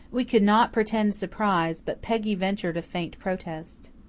we could not pretend surprise, but peggy ventured a faint protest.